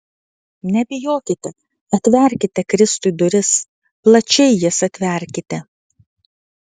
nebijokite atverkite kristui duris plačiai jas atverkite